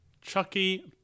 Chucky